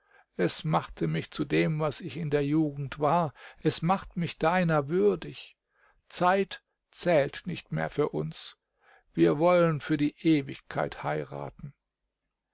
es machte mich zu dem was ich in der jugend war es macht mich deiner würdig zeit zählt nicht mehr für uns wir wollen für die ewigkeit heiraten